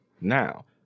Now